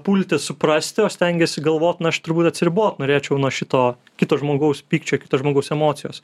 pulti suprasti o stengiesi galvot na aš turbūt atsiribot norėčiau nuo šito kito žmogaus pykčio kito žmogaus emocijos